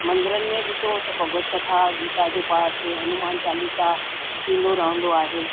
मंदरनि में ॾिसो त भॻवत कथा गीता जो पाठ हनुमान चालीसा थींदो रहंदो आहे